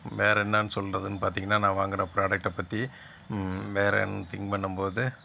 வேறு என்னனு சொல்றதுன்னு பார்த்திங்கன்னா நான் வாங்கின ப்ராடக்ட்டை பற்றி வேறேனு திங் பண்ணும் போது